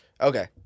Okay